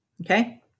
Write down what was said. okay